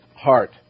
heart